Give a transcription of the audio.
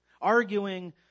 Arguing